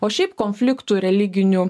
o šiaip konfliktų religinių